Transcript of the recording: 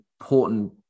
important